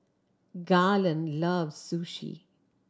Garland loves Sushi